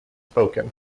spoken